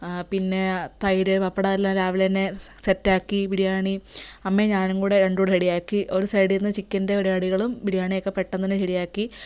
പിന്നെ തൈര് പപ്പടം എല്ലാം രാവിലെ തന്നെ സെറ്റാക്കി ബിരിയാണി അമ്മയും ഞാനും കൂടെ രണ്ടും കൂടെ റെഡി ആക്കി ഒരു സൈഡീന്ന് ചിക്കൻ്റെ പരിപാടികളും ബിരിയാണിയൊക്കെ പെട്ടന്ന് തന്നെ ശരിയാക്കി